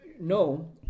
no